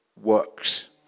works